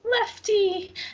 Lefty